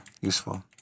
useful